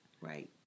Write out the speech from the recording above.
Right